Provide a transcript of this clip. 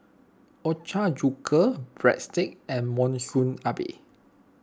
Ochazuke Breadsticks and Monsunabe